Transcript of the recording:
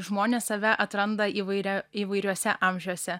žmonės save atranda įvairia įvairiuose amžiuose